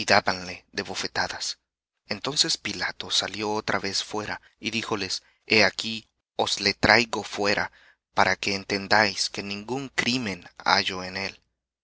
de bofetadas entonces pilato salió otra vez fuera y díjoles he aquí os le traigo fuera para que entendáis que ningún crimen hallo en él